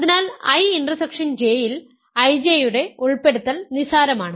അതിനാൽ I intersection J യിൽ IJ യുടെ ഉൾപ്പെടുത്തൽ നിസാരമാണ്